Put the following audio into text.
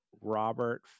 Robert